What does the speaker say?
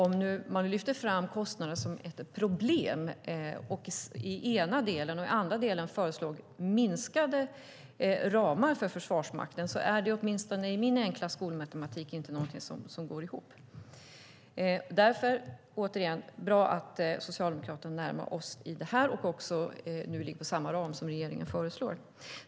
Om man nu lyfter fram kostnaden som ett problem i ena delen och i andra delen föreslår minskade ramar för Försvarsmakten är det åtminstone med min enkla skolmatematik någonting som inte går ihop. Återigen: Det är bra att Socialdemokraterna närmar sig oss i det här och nu ligger på samma ram som regeringen föreslår.